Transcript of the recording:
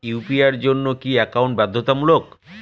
UPI এর জন্য কি একাউন্ট বাধ্যতামূলক?